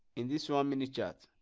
in this one mini chart